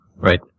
Right